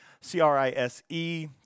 C-R-I-S-E